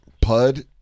Pud